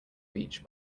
beach